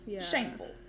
shameful